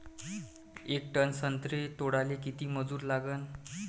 येक टन संत्रे तोडाले किती मजूर लागन?